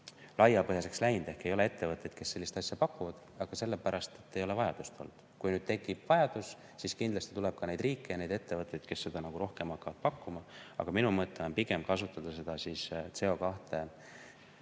laiapõhjaliseks läinud ehk ei ole ettevõtteid, kes sellist asja pakuvad, seda sellepärast, et ei ole vajadust olnud. Kui nüüd tekib vajadus, siis kindlasti tuleb neid riike ja neid ettevõtteid, kes seda rohkem hakkavad pakkuma. Aga minu mõte on pigem kasutada seda CO2mitte